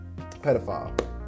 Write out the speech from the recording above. Pedophile